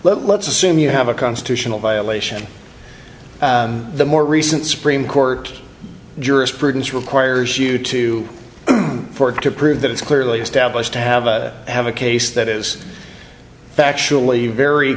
let's assume you have a constitutional violation the more recent supreme court jurisprudence requires you to work to prove that it's clearly established to have a have a case that is factually very